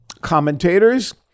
commentators